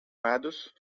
medus